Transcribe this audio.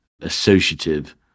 associative